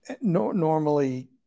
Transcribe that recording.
Normally